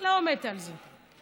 לא מתה על זה.